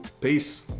peace